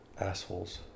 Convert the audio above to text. Assholes